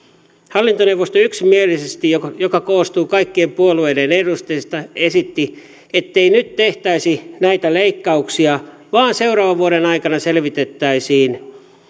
hallintoneuvosto joka joka koostuu kaikkien puolueiden edustajista yksimielisesti esitti ettei nyt tehtäisi näitä leikkauksia vaan seuraavan vuoden aikana selvitettäisiin